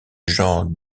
genre